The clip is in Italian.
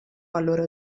valore